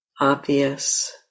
obvious